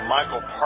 Michael